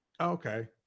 Okay